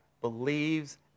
believes